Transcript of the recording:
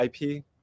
IP